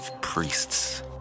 priests